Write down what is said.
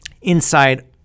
inside